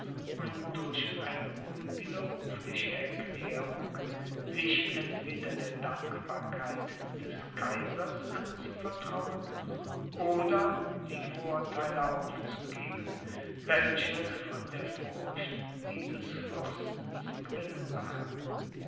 und durch eine unwiderrufliche erklärung sich entweder der dankbarkeit des kaisers anzuvertrauen oder die vortheile aufzugeben welche von der furcht dieses fürsten zu gewinnen waren